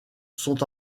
sont